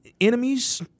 enemies